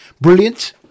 Brilliant